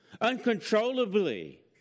uncontrollably